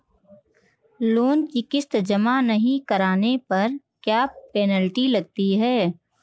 Loan की किश्त जमा नहीं कराने पर क्या पेनल्टी लगती है?